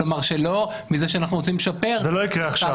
כלומר שלא מזה שאנחנו רוצים לשפר --- זה לא יקרה עכשיו.